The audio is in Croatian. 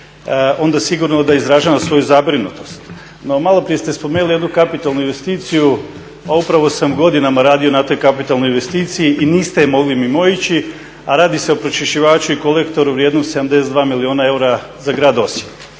onda sigurno da izražavam svoju zabrinutost. No maloprije ste spomenuli jednu kapitalnu investiciju, a upravo sam godinama radio na toj kapitalnoj investiciji i niste je mogli mimoići, a radi se o pročišćivaču i kolektoru vrijednom 72 milijuna eura za Grad Osijek.